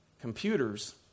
Computers